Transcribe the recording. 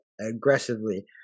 aggressively